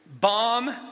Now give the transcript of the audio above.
bomb